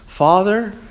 Father